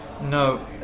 no